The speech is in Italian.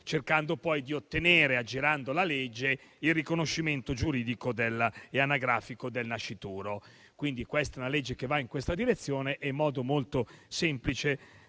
cercando poi di ottenere, aggirando la legge, il riconoscimento giuridico e anagrafico del nascituro. Questa è una legge che va in questa direzione e in modo molto semplice